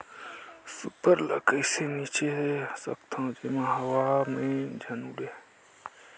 Super ल कइसे छीचे सकथन जेमा हवा मे झन उड़े?